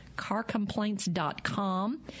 carcomplaints.com